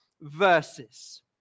verses